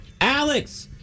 Alex